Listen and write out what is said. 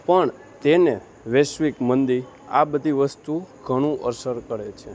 પણ તેને વૈશ્વિક મંદી આ બધી વસ્તુ ઘણું અસર કરે છે